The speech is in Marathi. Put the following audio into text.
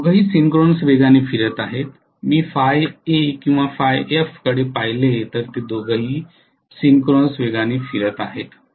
ते दोघेही सिंक्रोनस वेगाने फिरत आहेत मी Φa किंवा Φf कडे पाहिले तर ते दोघेही सिंक्रोनस वेगाने फिरत आहेत